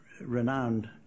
renowned